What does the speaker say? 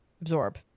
absorb